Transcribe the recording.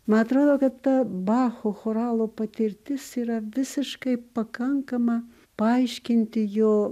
man atrodo kad ta bacho choralo patirtis yra visiškai pakankama paaiškinti jo